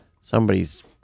somebody's